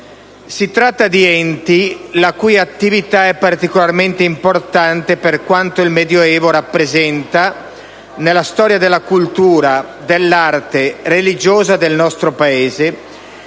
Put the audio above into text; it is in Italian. Si tratta di enti la cui attività è particolarmente importante per quanto il Medioevo rappresenta nella storia della cultura, dell'arte e religiosa del nostro Paese,